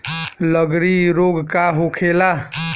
लगड़ी रोग का होखेला?